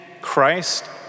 Christ